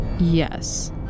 Yes